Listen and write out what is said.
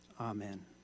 Amen